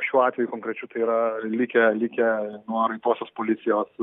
šiuo atveju konkrečiu tai yra likę likę nuo raitosios policijos